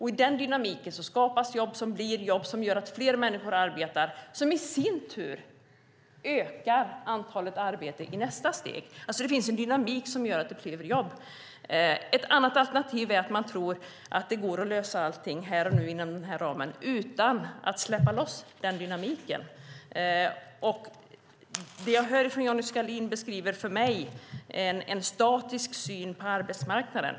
I den dynamiken skapas jobb som gör att fler människor arbetar, vilket i sin tur ökar antalet arbeten i nästa steg. Det finns alltså en dynamik som gör att det blir jobb. Ett alternativt sätt att se det är att man tror att det går att lösa allting här och nu inom den här ramen utan att släppa loss den dynamiken. Det jag hör från Johnny Skalin är en statisk syn på arbetsmarknaden.